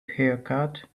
haircut